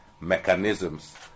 mechanisms